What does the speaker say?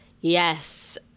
Yes